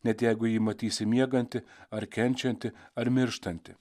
net jeigu jį matysi miegantį ar kenčiantį ar mirštantį